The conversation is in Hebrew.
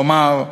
כלומר,